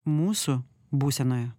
mūsų būsenoje